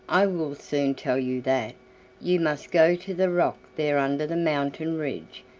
i will soon tell you that you must go to the rock there under the mountain-ridge,